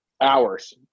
hours